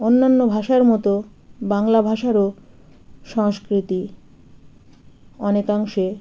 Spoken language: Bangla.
অন্যান্য ভাষার মতো বাংলা ভাষারও সংস্কৃতি অনেকাংশে